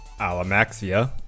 Alamaxia